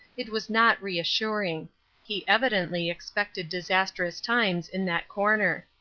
it was not reassuring he evidently expected disastrous times in that corner.